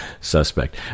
suspect